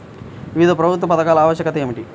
వివిధ ప్రభుత్వ పథకాల ఆవశ్యకత ఏమిటీ?